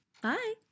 bye